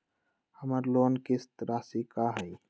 हमर लोन किस्त राशि का हई?